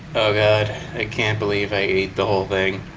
oh god, i can't believe i ate the whole thing